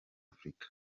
africa